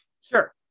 sure